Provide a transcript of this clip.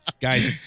guys